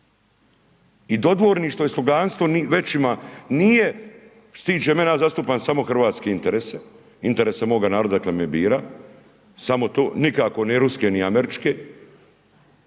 I dodvorništvo i sloganstvo većima nije …/Govornik se ne razumije./… zastupam samo hrvatske interese, e interese moga naroda odakle me bira samo to, nikako ni ruske ni američke.